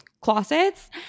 closets